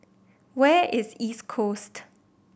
where is East Coast